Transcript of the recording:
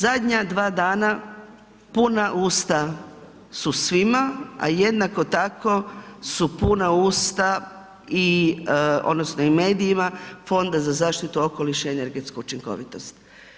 Zadnja dva dana puna usta su svima, a jednako tako su puna usta i odnosno i medijima Fonda za zaštitu okoliša i energetsku učinkovitost.